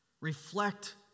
Reflect